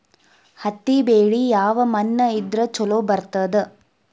ಹತ್ತಿ ಬೆಳಿ ಯಾವ ಮಣ್ಣ ಇದ್ರ ಛಲೋ ಬರ್ತದ?